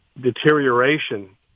deterioration